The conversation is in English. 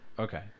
Okay